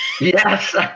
Yes